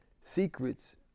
secrets